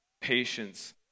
patience